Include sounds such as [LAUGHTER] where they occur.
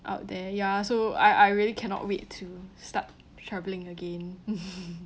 out there ya so I I really cannot wait to start travelling again [LAUGHS]